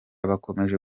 bakomeje